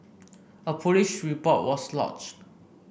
a police report was lodged